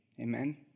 Amen